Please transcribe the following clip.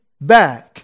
back